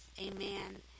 Amen